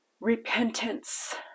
repentance